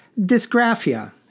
Dysgraphia